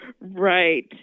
Right